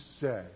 say